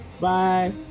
Bye